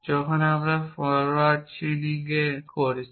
যখন আপনি forward chaining করছেন